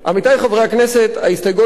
ההסתייגויות שלנו הן בכיוון ההפוך.